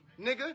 nigga